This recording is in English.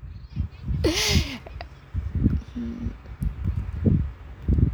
dish